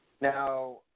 now